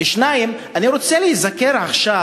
2. אני רוצה להיזכר עכשיו,